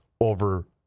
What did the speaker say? over